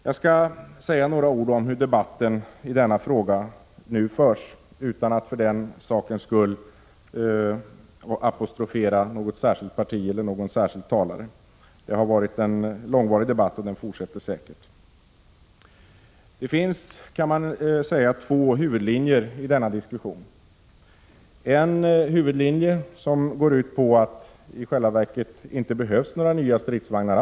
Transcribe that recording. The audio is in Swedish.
Jag skall säga några ord om hur debatten i denna fråga nu förs utan att för den sakens skull apostrofera något parti eller någon särskild talare. Det har varit en långvarig debatt, och den fortsätter säkert. Man kan säga att det finns två huvudlinjer i denna diskussion. En huvudlinje går ut på att det i själva verket inte alls behövs några nya stridsvagnar.